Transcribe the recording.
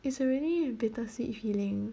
it's already a bittersweet feeling